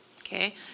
Okay